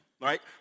right